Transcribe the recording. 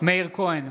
מאיר כהן,